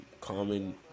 common